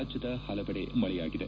ರಾಜ್ಯದ ಪಲವೆಡೆ ಮಳೆಯಾಗಿದೆ